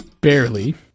barely